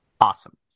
Awesome